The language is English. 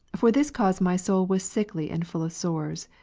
for this cause my soul was sickly and full of sores,